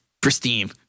pristine